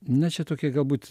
na čia tokie galbūt